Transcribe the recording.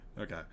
Okay